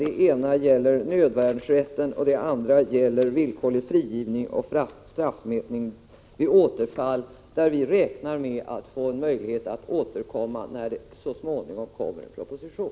Det ena gäller nödvärnsrätten och det andra villkorlig frigivning och straffmätning vid återfall. Här räknar vi med att få en möjlighet att återkomma när det så småningom kommer en proposition.